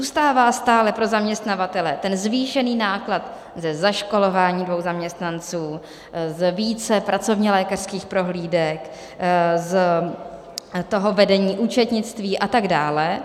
Zůstává stále pro zaměstnavatele ten zvýšený náklad ze zaškolování dvou zaměstnanců, z více pracovnělékařských prohlídek, z toho vedení účetnictví atd.